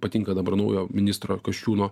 patinka dabar naujo ministro kasčiūno